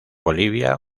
bolivia